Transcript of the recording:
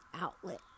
outlet